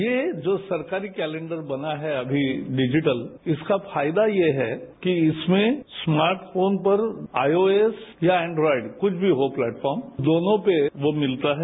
ये जो सरकारी केलैंडर बना है अमी डिजिटल इसका फायदा यह है कि इसमें स्मार्ट फोन पर आयोएस या ऐंज्ञायड कुछ भी हो प्लेटफॉर्म दोनों पर वो मिलता है